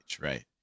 right